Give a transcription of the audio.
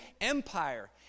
Empire